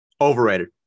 Overrated